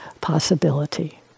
possibility